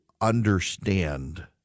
understand